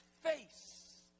face